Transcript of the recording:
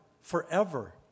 forever